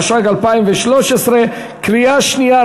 התשע"ג 2013. קריאה שנייה,